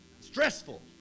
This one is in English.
Stressful